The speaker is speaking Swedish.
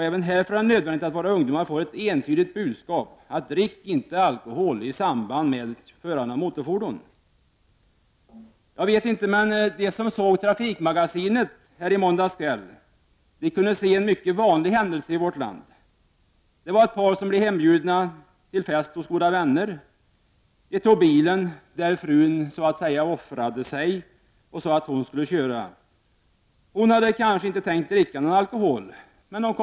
Även därför är det nödvändigt att våra ungdomar får ett entydigt budskap: Drick inte alkohol i samband med förande av motorfordon! De som såg Trafikmagasinet i måndags kväll kunde se en mycket vanlig händelse i vårt land. Ett par hade blivit hembjudna till fest hos goda vänner. De tog bilen, och frun ”offrade sig” och sade att hon skulle köra. Hon hade kanske inte tänkt dricka någon alkohol.